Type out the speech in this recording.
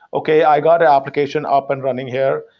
okay. i got an application up and running here.